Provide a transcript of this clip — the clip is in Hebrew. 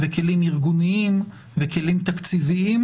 כלים ארגוניים וכלים תקציביים,